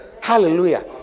Hallelujah